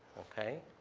okay?